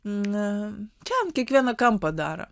čia kiekvieną kampą daro